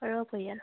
সৰু পৰিয়াল